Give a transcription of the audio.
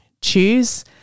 choose